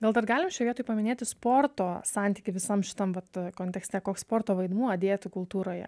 gal dar galim šioje vietoj paminėti sporto santykį visam šitam vat kontekste koks sporto vaidmuo dietų kultūroje